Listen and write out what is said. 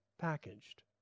packaged